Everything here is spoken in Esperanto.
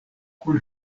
kun